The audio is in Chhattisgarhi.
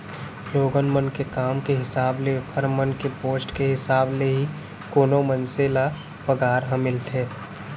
लोगन मन के काम के हिसाब ले ओखर मन के पोस्ट के हिसाब ले ही कोनो मनसे ल पगार ह मिलथे